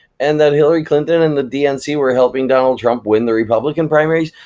and that hillary clinton and the dnc were helping donald trump win the republican primaries?